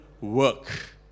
work